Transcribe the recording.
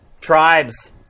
Tribes